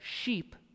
sheep